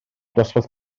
dosbarth